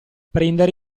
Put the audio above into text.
prendere